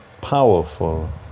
powerful